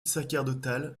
sacerdotale